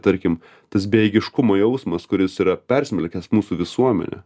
tarkim tas bejėgiškumo jausmas kuris yra persmelkęs mūsų visuomenę